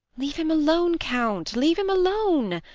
leave him alone, count. leave him alone.